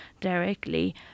directly